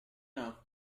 know